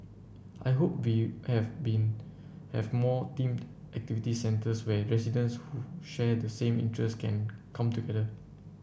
I hope have been have more themed activity centres where residents who share the same interest can come together